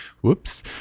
Whoops